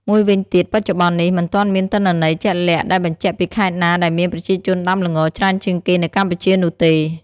មួយវិញទៀត បច្ចុប្បន្ននេះ មិនទាន់មានទិន្នន័យជាក់លាក់ដែលបញ្ជាក់ពីខេត្តណាដែលមានប្រជាជនដាំល្ងច្រើនជាងគេនៅកម្ពុជានោះទេ។